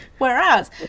Whereas